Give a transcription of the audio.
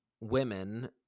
women